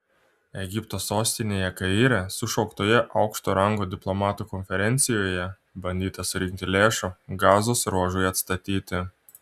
egipto sostinėje kaire sušauktoje aukšto rango diplomatų konferencijoje bandyta surinkti lėšų gazos ruožui atstatyti